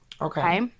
Okay